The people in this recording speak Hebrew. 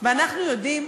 ואנחנו יודעים,